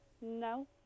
No